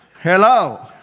Hello